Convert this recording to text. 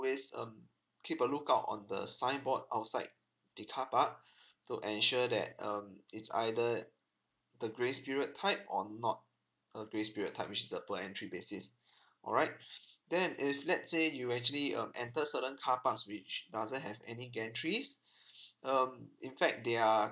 ways uh keep a lookout on the signboard outside the car park to ensure that um it's either the grace period type or not a grace period time which is a per entry basis alright then if let's say you actually um enter certain carparks which doesn't have any gate entries um in fact they are